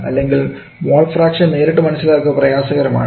അല്ലെങ്കിൽ mole fraction നേരിട്ട് മനസ്സിലാക്കുക പ്രയാസകരമാണ്